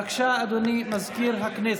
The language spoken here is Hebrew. בבקשה, אדוני מזכיר הכנסת.